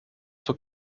zur